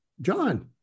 John